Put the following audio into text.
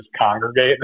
congregate